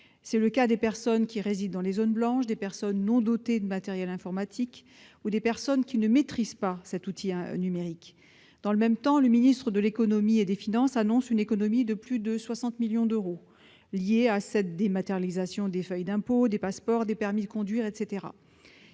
C'est le cas des personnes qui résident dans les zones blanches, des personnes qui ne sont pas pourvues de matériel informatique ou encore de celles qui ne maîtrisent pas l'outil numérique. Dans le même temps, le ministre de l'économie et des finances annonce une économie de plus de 60 millions d'euros grâce à la dématérialisation des feuilles d'impôts, des passeports ou des permis de conduire.